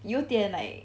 有点 like